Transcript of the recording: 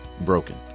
broken